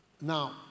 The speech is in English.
Now